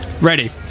ready